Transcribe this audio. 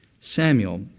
Samuel